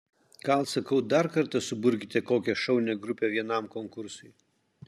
gal sakau dar kartą suburkite kokią šaunią grupę vienam konkursui